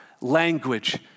language